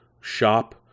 shop